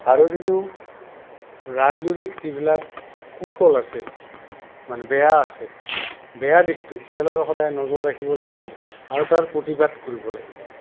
আৰু যিটো ৰাজনৈতিক যিবিলাক কুফল আছে মানে বেয়া আছে বেয়া দিশটো তেওঁলোকে সদায় নজৰ ৰাখিব লাগিব আৰু তাৰ প্ৰতিবাদ কৰিব লাগিব